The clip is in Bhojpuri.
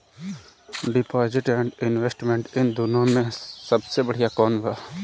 डिपॉजिट एण्ड इन्वेस्टमेंट इन दुनो मे से सबसे बड़िया कौन बा?